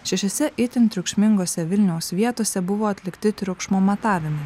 šešiose itin triukšmingose vilniaus vietose buvo atlikti triukšmo matavimai